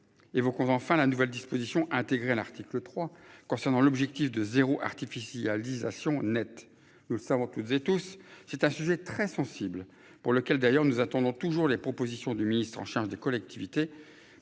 qu'on va enfin la nouvelle disposition intégré à l'article 3 concernant l'objectif de zéro artificialisation nette. Nous savons toutes et tous. C'est un sujet très sensible pour lequel d'ailleurs nous attendons toujours les propositions du ministre en charge des collectivités.